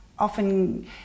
Often